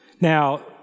Now